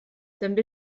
també